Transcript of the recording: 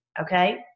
okay